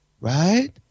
right